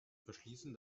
verschließen